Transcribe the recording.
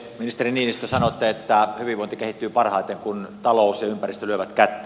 ministeri niinistö sanotte että hyvinvointi kehittyy parhaiten kun talous ja ympäristö lyövät kättä